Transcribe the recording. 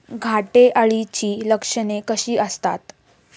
घाटे अळीची लक्षणे कशी असतात?